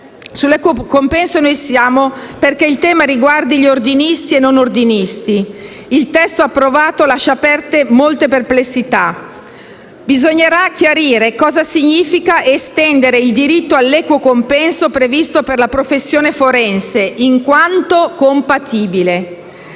Sull'equo compenso siamo favorevoli a che il tema riguarda gli ordinisti e i non ordinisti. Il testo approvato lascia aperte molte perplessità. Bisognerà chiarire cosa significa estendere il diritto all'equo compenso previsto per la professione forense, in quanto compatibile,